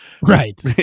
right